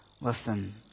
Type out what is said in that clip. Listen